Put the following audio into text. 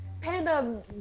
Panda